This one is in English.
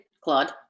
Claude